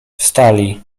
wstali